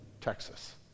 Texas